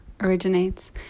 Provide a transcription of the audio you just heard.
originates